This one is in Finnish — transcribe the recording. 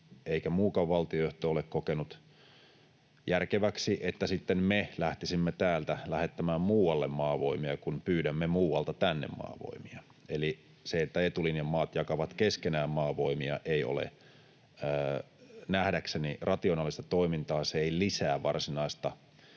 eikä muukaan valtiojohto ole kokenut järkeväksi, että me lähtisimme täältä lähettämään muualle maavoimia, kun pyydämme muualta tänne maavoimia. Se, että etulinjan maat jakavat keskenään maavoimia, ei ole nähdäkseni rationaalista toimintaa. Se ei lisää varsinaista